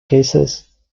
cases